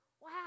wow